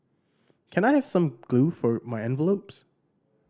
can I have some glue for my envelopes